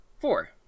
Four